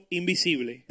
invisible